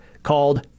Called